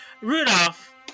Rudolph